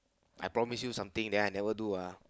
I promise you something then I never do ah